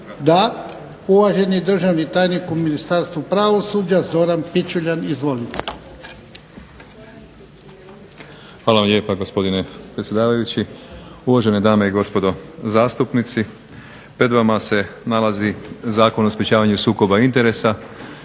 Da. Uvaženi državni tajnik u Ministarstvu pravosuđa Zoran Pičuljan. Izvolite. **Pičuljan, Zoran** Hvala vam lijepa, gospodine predsjedavajući. Uvažene dame i gospodo zastupnici. Pred vama se nalazi Zakon o sprečavanju sukoba interesa,